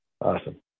awesome